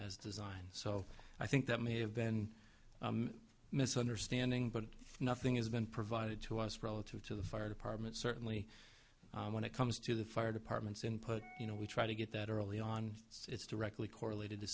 as design so i think that may have been misunderstanding but nothing has been provided to us relative to the fire department certainly when it comes to the fire departments input you know we try to get that early on it's directly correlated t